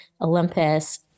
Olympus